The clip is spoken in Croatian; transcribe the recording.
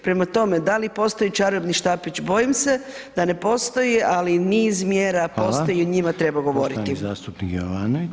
Prema tome, da li postoji čarobni štapić, bojim se da ne postoji, ali niz mjera postoji [[Upadica Reiner: Hvala.]] i o njima treba govoriti.